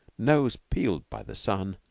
nose peeled by the sun,